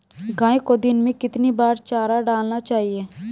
गाय को दिन में कितनी बार चारा डालना चाहिए?